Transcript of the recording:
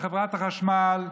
בחברת החשמל,